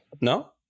no